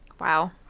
Wow